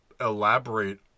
elaborate